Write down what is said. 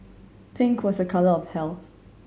pink was a colour of health